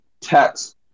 text